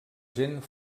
gent